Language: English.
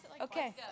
Okay